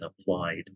applied